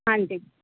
ਹਾਂਜੀ